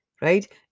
right